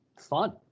fun